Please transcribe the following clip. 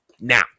Now